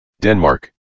Denmark